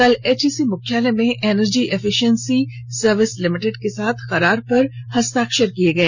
कल एचईसी मुख्यालय में एनर्जी एफिशियंसी सर्विस लिमिटेड के साथ करार पर हस्ताक्षर किए गए